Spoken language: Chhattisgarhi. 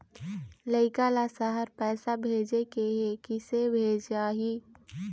लइका ला शहर पैसा भेजें के हे, किसे भेजाही